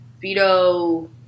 veto